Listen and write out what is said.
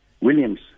Williams